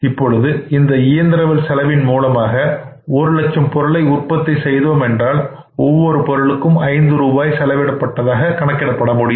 இப்பொழுது இந்த இயந்திரவியல் செலவின் மூலமாக ஒரு லட்சம் பொருட்களை உற்பத்தி செய்தோம் என்றால் ஒவ்வொரு பொருளுக்கும் 5 ரூபாய் செலவிடப்படுகிறது